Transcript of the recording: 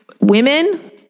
women